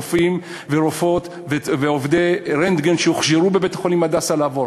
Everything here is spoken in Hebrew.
רופאים ורופאות ועובדי רנטגן שהוכשרו בבית-חולים "הדסה" לעבור,